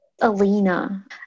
Alina